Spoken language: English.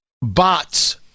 bots